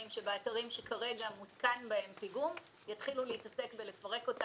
שבאתרים שכרגע מותקן בהם פיגום יתחילו להתעסק בלפרק,